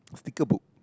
sticker book